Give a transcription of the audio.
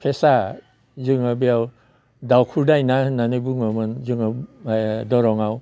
फेसा जोङो बेयाव दावखु दायना होननानै बुङोमोन जोङो दरङाव